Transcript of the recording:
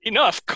Enough